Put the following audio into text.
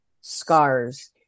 scars